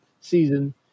season